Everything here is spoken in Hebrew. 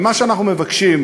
ומה שאנחנו מבקשים,